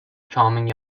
charming